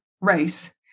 race